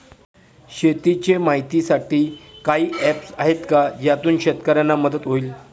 शेतीचे माहितीसाठी काही ऍप्स आहेत का ज्यातून शेतकऱ्यांना मदत होईल?